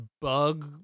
bug